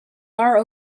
are